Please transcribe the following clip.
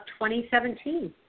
2017